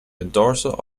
endorser